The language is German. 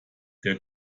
der